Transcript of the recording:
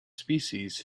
species